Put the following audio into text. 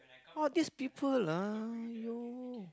oh these people ah !aiyo!